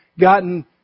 gotten